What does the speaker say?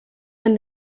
and